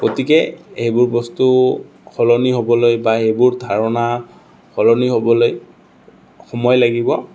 গতিকে সেইবোৰ বস্তু সলনি হ'বলৈ বা সেইবোৰ ধাৰণা সলনি হ'বলৈ সময় লাগিব